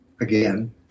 again